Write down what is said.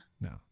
No